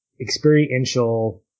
experiential